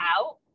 out